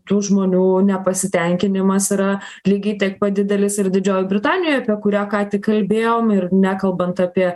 tų žmonių nepasitenkinimas yra lygiai tiek pat didelis ir didžiojoj britanijoj apie kurią ką tik kalbėjom ir nekalbant apie